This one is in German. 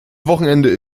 wochenende